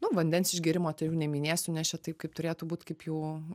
nu vandens išgėrimo tai jau neminėsiu nes čia taip kaip turėtų būt kaip jau